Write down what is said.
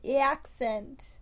accent